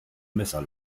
messer